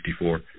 1964